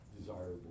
desirable